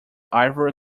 ivory